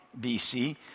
BC